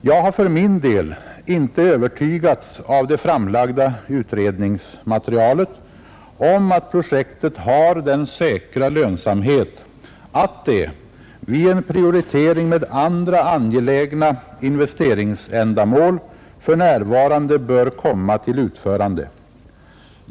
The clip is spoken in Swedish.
Jag har för min del inte övertygats av det framlagda utredningsmaterialet om att projektet har den säkra lönsamhet, att det — vid en prioritering med andra angelägna investeringsändamål — för närvarande bör komma till utförande.